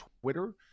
Twitter